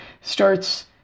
starts